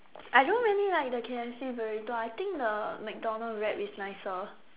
I don't really like the K_F_C burrito I think the McDonald's wrap is nicer